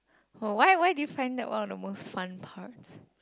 oh why why do you find that one of the most fun parts